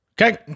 Okay